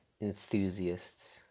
enthusiasts